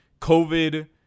COVID